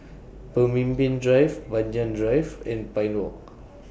Pemimpin Drive Banyan Drive and Pine Walk